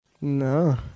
No